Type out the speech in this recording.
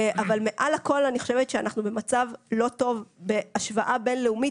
אבל מעל הכול אני חושבת שאנחנו במצב לא טוב בהשוואה בין-לאומית